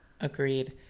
Agreed